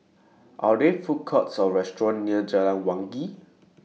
Are There Food Courts Or restaurants near Jalan Wangi